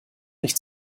nicht